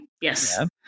yes